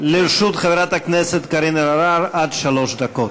לרשות חברת הכנסת קארין אלהרר עד שלוש דקות.